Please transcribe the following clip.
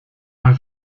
mal